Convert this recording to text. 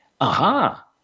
Aha